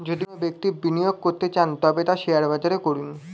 যদি কোনো ব্যক্তি প্রথম বিনিয়োগ করতে চান তবে তা শেয়ার বাজারে করুন